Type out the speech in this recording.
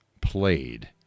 played